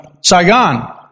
Saigon